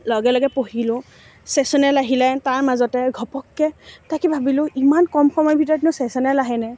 লগে লগে পঢ়িলোঁ ছ্যেচনেল আহিলে তাৰ মাজতে ঘপককৈ তাকে ভাবিলোঁ ইমান কম সময়ৰ ভিতৰতনো ছ্যেচনেল আহেনে